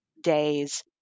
days